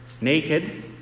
naked